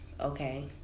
Okay